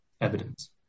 evidence